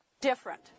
different